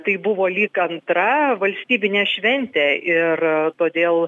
tai buvo lyg antra valstybinė šventė ir todėl